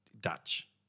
Dutch